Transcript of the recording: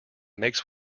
makes